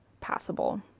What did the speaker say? passable